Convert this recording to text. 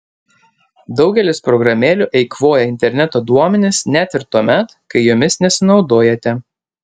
daugelis programėlių eikvoja interneto duomenis net ir tuomet kai jomis nesinaudojate